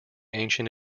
ancient